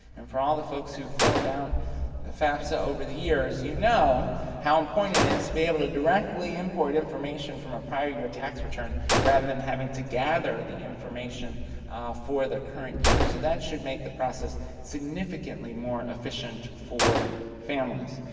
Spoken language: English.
and for all the folks who filled out that fafsa over the years, you know how important it is to be able to directly import information from a prior year tax return rather than having to gather the information for the current year. so, that should make the process significantly more efficient for families.